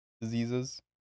diseases